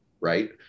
right